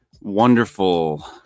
Wonderful